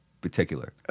particular